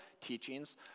teachings